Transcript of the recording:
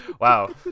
wow